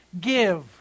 give